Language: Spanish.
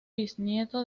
bisnieto